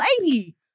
lady